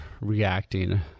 reacting